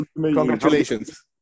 Congratulations